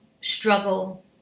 struggle